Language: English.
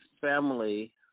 family